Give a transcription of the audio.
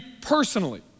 personally